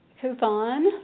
Coupon